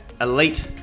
Elite